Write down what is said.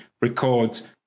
records